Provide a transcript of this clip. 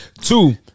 Two